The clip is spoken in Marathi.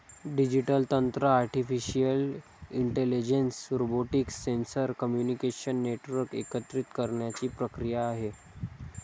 डिजिटल तंत्र artificial intelligence, robotics, sensor, communication network एकत्रित करण्याची प्रक्रिया आहे